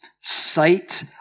sight